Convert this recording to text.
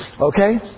Okay